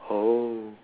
oh